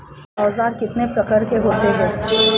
औज़ार कितने प्रकार के होते हैं?